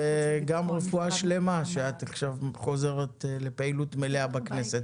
וגם רפואה שלמה שאת עכשיו חוזרת לפעילות מלאה בכנסת.